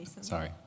sorry